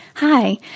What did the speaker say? Hi